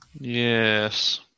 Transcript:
Yes